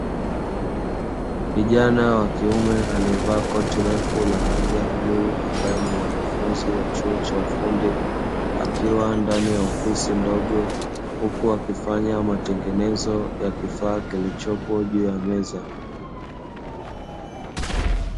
Kijana wa kiume aliyevaa koti refu la rangi ya bluu ambaye ni mwanafunzi wa chuo cha ufundi, akiwa ndani ya ofisi ndogo huku akifanya matengenezo ya kifaa kilichopo juu ya meza.